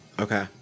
Okay